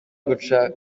guca